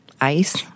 ice